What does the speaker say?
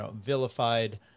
vilified